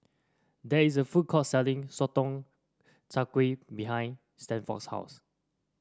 there is a food court selling Sotong Char Kway behind Stanford's house